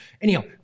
anyhow